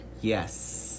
Yes